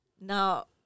Now